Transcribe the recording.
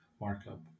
markup